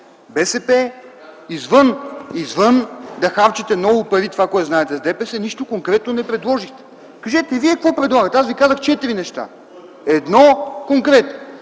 ДПС извън това да харчите много пари, което знаете, нищо конкретно не предложихте. Кажете Вие какво предлагате? Аз казах четири неща, но конкретно.